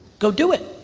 go do it.